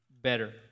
better